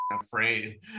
afraid